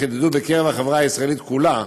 חידדו בקרב החברה הישראלית כולה,